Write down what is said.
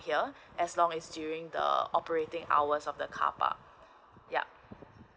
here as long is during the operating hours of the car park yup